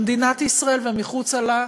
במדינת ישראל ומחוץ לה,